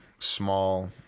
Small